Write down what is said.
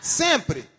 sempre